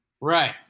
Right